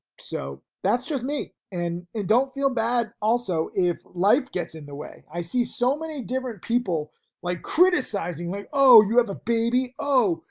so that's just me and don't feel bad. also if life gets in the way i see so many different people like criticizing, like oh, you have a baby, oh,